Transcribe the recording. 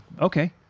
okay